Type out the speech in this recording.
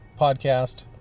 podcast